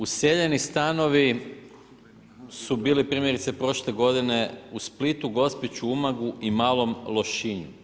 Useljeni stanovi su bili primjerice prošle godine u Splitu, Gospiću, Umagu i Malom Lošinju.